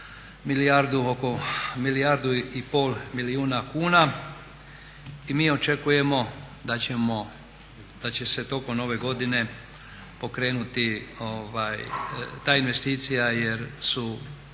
milijardu i pol milijuna kuna. I mi očekujemo da će se tokom ove godine pokrenuti ta investicija jer su